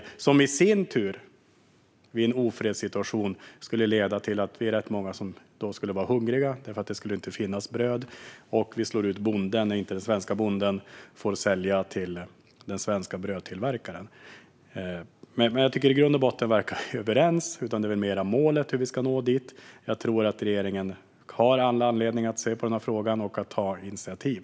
Detta skulle i sin tur i en ofredssituation kunna leda till att rätt många av oss skulle gå hungriga, eftersom det då inte skulle finnas något bröd. Vi slår dessutom ut den svenska bonden när han eller hon inte får sälja till den svenska brödtillverkaren. I grund och botten verkar vi dock vara överens. Det kanske mer handlar om hur vi ska nå målet. Jag tror att regeringen har all anledning att se på frågan och att ta initiativ.